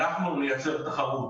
אנחנו נייצר תחרות.